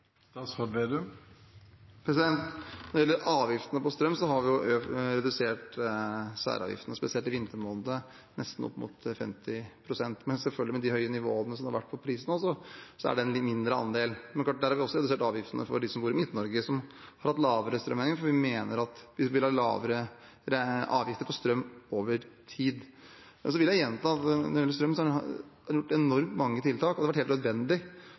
Når det gjelder avgiftene på strøm, har vi redusert særavgiftene, spesielt i vintermånedene, med nesten opp mot 50 pst. Men selvfølgelig er det med det høye nivået som har vært på prisene, en mindre andel. Men vi har også redusert avgiftene for dem som bor i Midt-Norge, som har hatt lavere strømregninger, for vi mener at vi vil ha lavere avgifter på strøm over tid. Jeg vil gjenta at når det gjelder strøm, er det enormt mange tiltak, og det har vært helt nødvendig